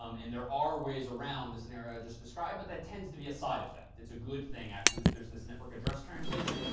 um and there are ways around the scenario i just described. but that tends to be a side effect. it's a good thing, actually, there's this network address translation.